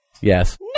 Yes